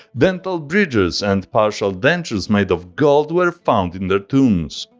dental bridges, and partial dentures made of gold were found in their tombs.